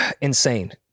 insane